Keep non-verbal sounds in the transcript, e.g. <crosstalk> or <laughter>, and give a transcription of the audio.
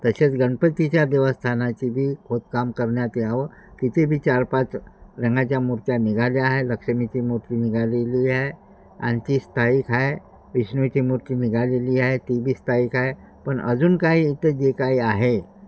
तसेच गणपतीच्या देवस्थानाची बी खोदकाम करण्यात यावं तिथेबी चारपाच रंगाच्या मूर्त्या निघाल्या आहे लक्ष्मीची मूर्ती निघालेली आहे <unintelligible> स्थायिक आहे विष्णूची मूर्ती निघालेली आहे तीबी स्थायिक आहे पण अजून काही इथं जे काही आहे